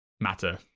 matter